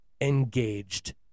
engaged